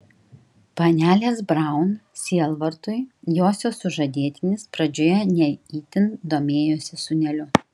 panelės braun sielvartui josios sužadėtinis pradžioje ne itin domėjosi sūneliu